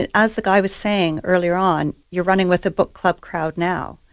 and as the guy was saying earlier on, you're running with a book club crowd now.